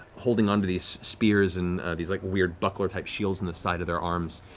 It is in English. holding onto these spears and these like weird buckler-type shields on the side of their arms,